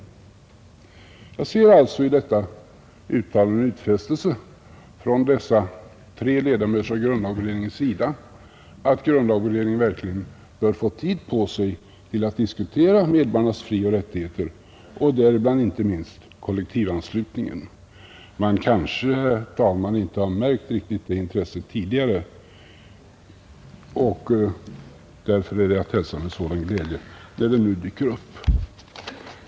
Jag ser alltså i detta uttalande en utfästelse från dessa tre ledamöter av grundlagberedningen att grundlagberedningen verkligen bör få tid på sig att diskutera medborgarnas frioch rättigheter och därmed inte minst kollektivanslutningen. Man kanske inte, herr talman, har märkt det intresset tidigare, och därför är det att hälsa med stor glädje när det nu dyker upp.